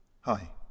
hi